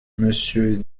monsieur